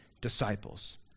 disciples